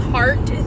Heart